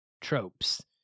tropes